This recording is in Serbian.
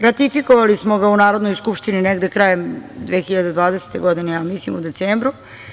Ratifikovali smo ga u Narodnoj skupštini negde krajem 2020. godine, mislim, u decembru.